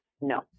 No